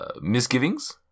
misgivings